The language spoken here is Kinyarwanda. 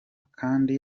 kandi